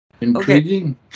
Intriguing